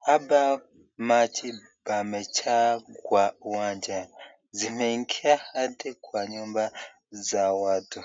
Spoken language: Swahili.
hapa maji pamejaa kwa uwanja, zimeingia hadi kwa nyumba za watu.